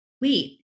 Wait